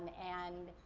and,